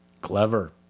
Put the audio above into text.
Clever